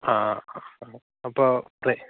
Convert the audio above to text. ആ ആ അപ്പോൾ ക്ലേ